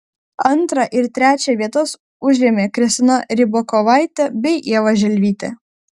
antrą ir trečią vietas užėmė kristina rybakovaitė bei ieva želvytė